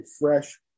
fresh